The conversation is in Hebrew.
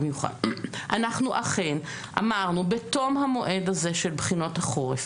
אנחנו אכן אמרנו - בתום המועד הזה של בחינות החורף,